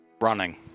Running